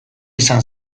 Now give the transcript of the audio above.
izan